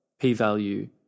p-value